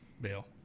Bill